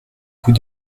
vous